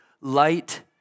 light